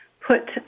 put